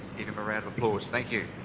give him a round of applause. thank you.